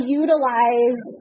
utilize